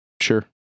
sure